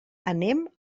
anem